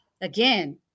again